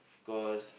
cause